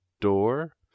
door